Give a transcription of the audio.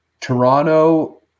Toronto